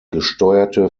gesteuerte